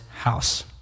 house